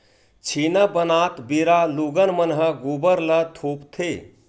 छेना बनात बेरा लोगन मन ह गोबर ल थोपथे